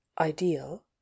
ideal